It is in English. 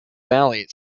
valley